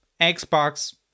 Xbox